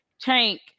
Tank